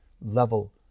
level